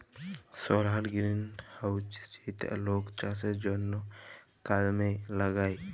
সলার greenhouse যেইটা লক চাষের জনহ কামে লাগায়